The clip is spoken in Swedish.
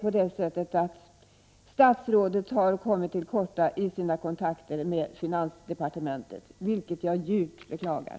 Jag tror snarare att statsrådet har kommit till korta vid sina kontakter med finansdepartementet, vilket jag djupt beklagar.